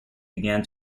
began